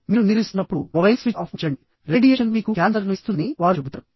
మీరు నిద్రిస్తున్నప్పుడు mobile switch off ఉంచండి రేడియేషన్ మీకు క్యాన్సర్ను ఇస్తుందని వారు చెబుతారు